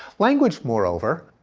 language, moreover,